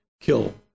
kill